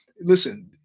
Listen